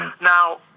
now